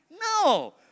No